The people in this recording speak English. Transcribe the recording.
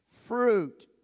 fruit